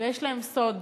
ויש להן סוד.